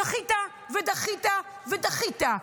דחית ודחית ודחית.